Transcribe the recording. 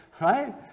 right